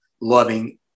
loving